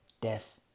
death